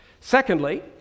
Secondly